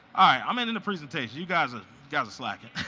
i'm ending the presentation, you guys ah guys slacking.